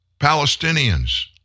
Palestinians